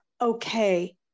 okay